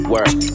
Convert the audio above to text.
Work